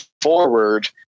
forward